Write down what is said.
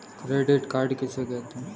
Credit card किसे कहते हैं?